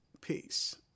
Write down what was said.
Peace